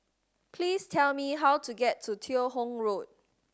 please tell me how to get to Teo Hong Road